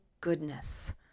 goodness